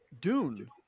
Dune